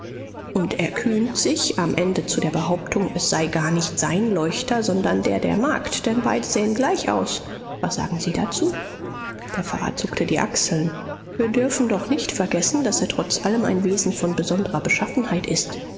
und erkühnt sich am ende zu der behauptung es sei gar nicht sein leuchter sondern der der magd denn beide sähen gleich aus was sagen sie dazu der pfarrer zuckte die achseln wir dürfen doch nicht vergessen daß er trotz allem ein wesen von besonderer beschaffenheit ist